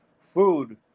food